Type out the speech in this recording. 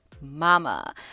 mama